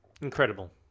Incredible